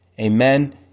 Amen